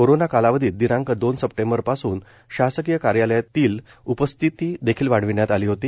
corona कालावधीत दिनांक दोन सप्टेंबर पासून शासकीय कार्यालयातील उपस्थिती देखील वाढविण्यात आली होती